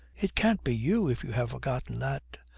it can't be you if you have forgotten that.